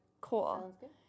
Cool